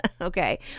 Okay